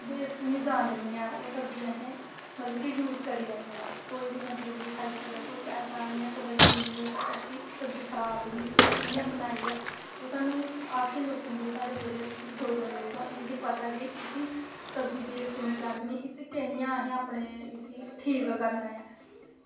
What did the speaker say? waste निं जाह्न दिन्ने आं ओह् सब्जी असें बल्के यूज़ करी लैने आं कोई बी मतलब कि खाई सकदा ऐ मतलब कि कोई बी ऐसा निं आक्खी सकदा कि सब्ज़ी खराब ही कि कि'यां बनाई ऐ ओह् सानूं असें लोकें गी साढ़े जेह्ड़े दौर ऐ जेह्का एह् इ'नें गी पता ऐ कि सब्जी वेस्ट निं जाह्न देनी एह् इ'यां गै असें ठीक करना ऐ